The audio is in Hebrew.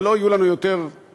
ולא יהיו לנו יותר עיוותים,